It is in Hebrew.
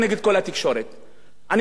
אני רואה מפלגה שהיא הכי גדולה בארץ,